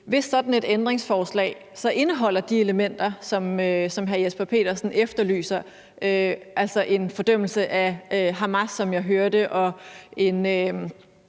livet. sådan et ændringsforslag så indeholder de elementer, som hr. Jesper Petersen efterlyser, altså en fordømmelse af Hamas, som jeg hører det, og en